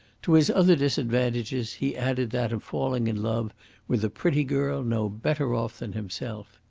to his other disadvantages he added that of falling in love with a pretty girl no better off than himself.